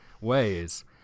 ways